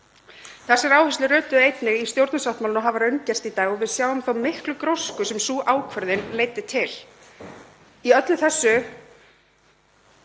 Þessar áherslur rötuðu einnig í stjórnarsáttmálann og hafa raungerst í dag og við sjáum þá miklu grósku sem sú ákvörðun leiddi til. Í öllu þessu